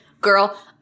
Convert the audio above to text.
girl